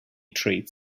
treats